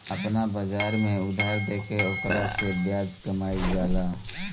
आपना बाजार में उधार देके ओकरा से ब्याज कामईल जाला